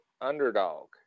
underdog